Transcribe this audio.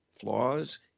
flaws